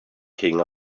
king